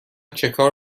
چکار